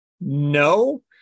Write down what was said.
no